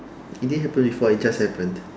it didn't happen before it just happened